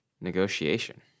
negotiation